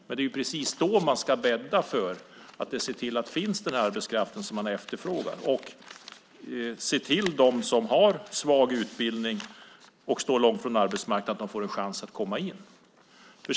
Men det är ju precis då man ska bädda för att se till att den arbetskraft som efterfrågas finns. Man ska se till att de som har svag utbildning och står långt från arbetsmarknaden får chansen att komma in.